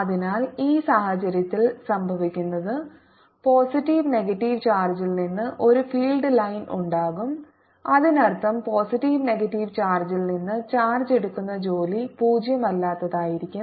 അതിനാൽ ഈ സാഹചര്യത്തിൽ സംഭവിക്കുന്നത് പോസിറ്റീവ് നെഗറ്റീവ് ചാർജിൽ നിന്ന് ഒരു ഫീൽഡ് ലൈൻ ഉണ്ടാകും അതിനർത്ഥം പോസിറ്റീവ് നെഗറ്റീവ് ചാർജിൽ നിന്ന് ചാർജ് എടുക്കുന്ന ജോലി പൂജ്യമല്ലാത്തതായിരിക്കും